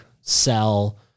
sell